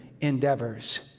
endeavors